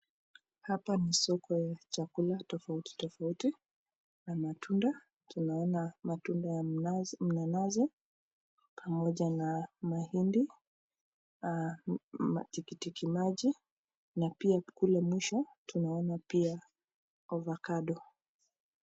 Hapa ni soko ya chakula tofauti tofauti na matunda. Tunaona matunda ya mnazi, mnanazi, pamoja na mahindi, aah matikitiki maji na pia kule mwisho tunaona pia avocado .